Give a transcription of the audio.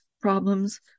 problems